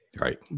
Right